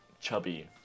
chubby